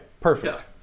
Perfect